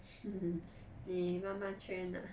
你慢慢 train lah